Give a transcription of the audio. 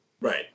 right